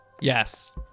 Yes